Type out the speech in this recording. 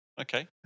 Okay